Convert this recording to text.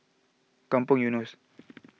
Kampong Eunos